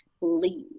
leave